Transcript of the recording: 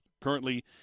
currently